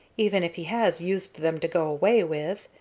even if he has used them to go away with.